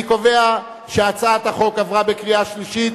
אני קובע שהצעת החוק עברה בקריאה שלישית